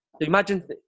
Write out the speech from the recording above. Imagine